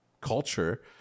culture